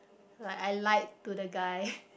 like I lied to the guy